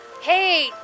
Hey